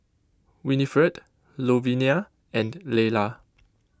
Winifred Louvenia and Lela